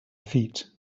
feet